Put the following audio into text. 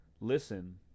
listen